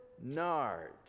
nard